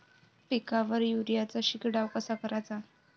पिकावर युरीया चा शिडकाव कसा कराचा?